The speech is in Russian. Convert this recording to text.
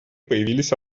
появились